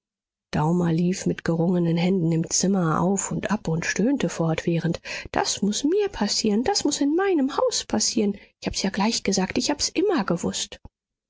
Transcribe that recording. daumer lief mit gerungenen händen im zimmer auf und ab und stöhnte fortwährend das muß mir passieren das muß in meinem haus passieren ich hab's ja gleich gesagt ich hab's immer gewußt